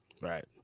Right